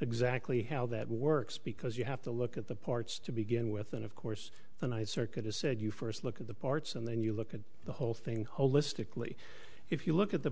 exactly how that works because you have to look at the parts to begin with and of course the ninth circuit has said you first look at the parts and then you look at the whole thing holistically if you look at the